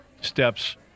steps